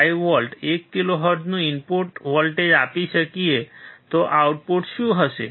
5 volt 1 કિલોહર્ટ્ઝનું input voltage આપી શકીયે તો આઉટપુટ શું હશે